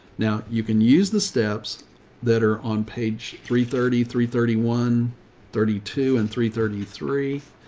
now you can use the steps that are on page three thirty, three thirty, one thirty two and three thirty three.